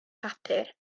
papur